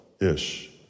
Ish